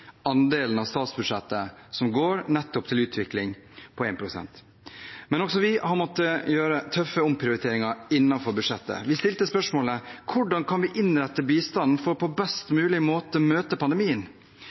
andelen av statsbudsjettet som går til utvikling, på 1 pst. Men også vi har måttet gjøre tøffe omprioriteringer innenfor budsjettet. Vi stilte spørsmålet: Hvordan kan vi innrette bistanden for på best